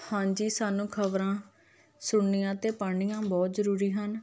ਹਾਂਜੀ ਸਾਨੂੰ ਖਬਰਾਂ ਸੁਣਨੀਆਂ ਅਤੇ ਪੜ੍ਹਨੀਆਂ ਬਹੁਤ ਜ਼ਰੂਰੀ ਹਨ